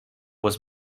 was